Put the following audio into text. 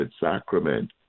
Sacrament